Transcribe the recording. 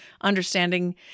understanding